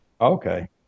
Okay